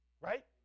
right